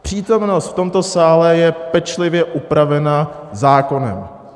Přítomnost v tomto sále je pečlivě upravena zákonem.